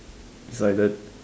it's like the